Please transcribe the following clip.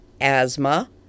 asthma